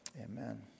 Amen